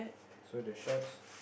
so the shorts